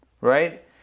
right